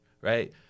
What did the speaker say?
right